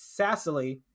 Sassily